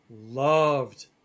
loved